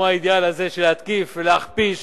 כמו האידיאל הזה של להתקיף ולהכפיש,